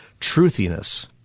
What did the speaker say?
Truthiness